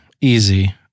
easy